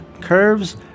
Curve's